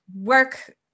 work